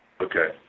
Okay